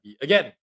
Again